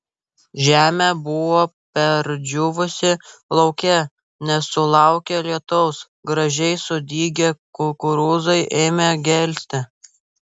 žemė buvo perdžiūvusi laukė nesulaukė lietaus gražiai sudygę kukurūzai ėmė gelsti